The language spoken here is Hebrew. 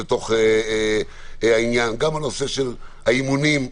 גם הנושא של האימונים,